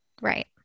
Right